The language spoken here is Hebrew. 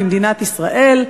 במדינת ישראל,